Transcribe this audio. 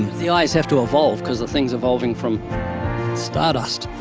the eyes have to evolve, cause the thing's evolving from stardust.